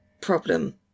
problem